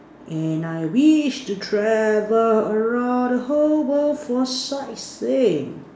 and I wish to travel around the whole world for sightseeing